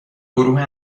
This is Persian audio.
گروه